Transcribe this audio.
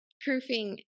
proofing